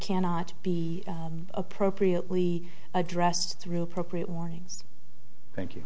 cannot be appropriately addressed through appropriate warnings thank you